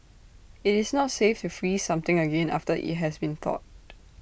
IT is not safe to freeze something again after IT has been thawed